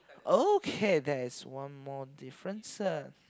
okay there is one more differences